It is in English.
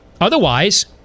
Otherwise